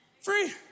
free